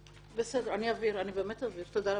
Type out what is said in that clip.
בסדר, אני באמת אעביר, תודה רבה.